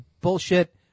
bullshit